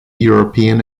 european